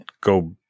go